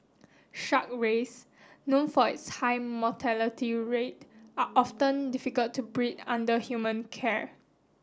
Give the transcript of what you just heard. shark rays known for its high mortality rate are often difficult to breed under human care